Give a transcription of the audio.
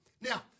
Now